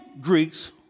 Greeks